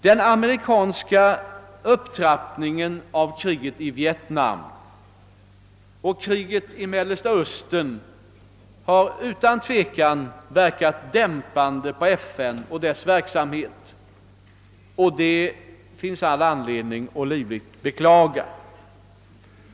Den amerikanska upptrappningen av kriget i Vietnam och kriget i Mellersta östern har utan tvekan verkat dämpande på FN och dess verksamhet. Det finns all anledning att livligt beklaga detta.